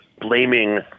blaming